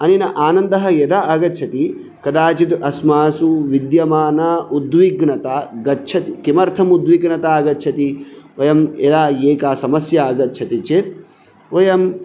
अनेन आनन्दः यदा आगच्छति कदाचित् अस्मासु विद्यमान उद्विघ्नता गच्छति किमर्थम् उद्विघ्नता गच्छति वयं यदा एका समस्या आगच्छति चेत् वयं